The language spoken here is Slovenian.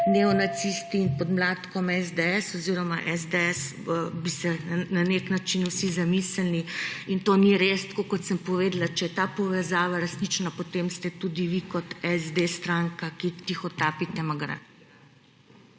neonacisti in podmladkom SDS oziroma SDS, bi se na nek način vsi zamislili. To ni res! Tako kot sem povedala, če je ta povezava resnična, potem ste tudi vi kot SD stranka, ki tihotapite …